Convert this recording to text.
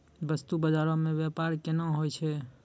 बस्तु बजारो मे व्यपार केना होय छै?